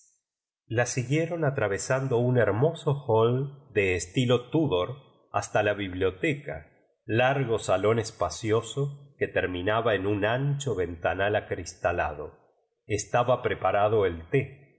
la siguieron atravesando nn hermoso hall de estilo tudor hasta la biblioteca largo salón espacioso que terminaba en un ancho ventanal aenstalado estaba preparado el té